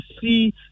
see